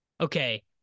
Okay